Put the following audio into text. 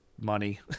money